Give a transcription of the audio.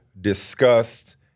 discussed